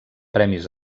premis